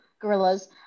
gorillas